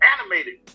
animated